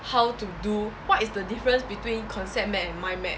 how to do what is the difference between concept map and mind map